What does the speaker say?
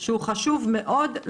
שהוא חשוב מאוד,